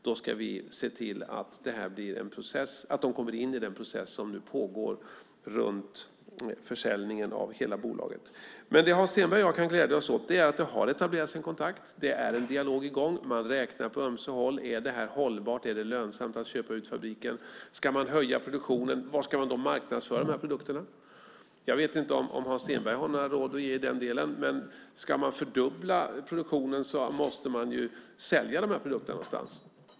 Då ska vi se till att intressenterna kommer in i den process som nu pågår runt försäljningen av hela bolaget. Men det Hans Stenberg och jag kan glädja oss åt är att en kontakt har etablerats. En dialog är i gång. Man räknar på ömse håll - är detta hållbart? Är det lönsamt att köpa ut fabriken? Ska man höja produktionen? Var ska man i så fall marknadsföra produkterna? Jag vet inte om Hans Stenberg har några råd att ge när det gäller detta, men ska man fördubbla produktionen måste man ju även sälja produkterna någonstans.